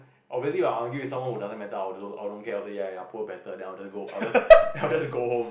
obviously if I argue with someone who doesn't matter I'll I'll don't care also ya ya poor better then I'll just go I'll just I'll just go home